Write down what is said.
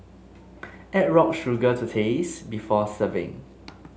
add rock sugar to taste before serving